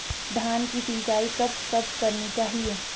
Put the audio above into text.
धान की सिंचाईं कब कब करनी चाहिये?